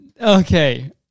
Okay